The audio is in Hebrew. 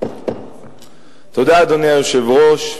אדוני היושב-ראש,